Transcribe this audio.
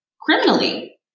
criminally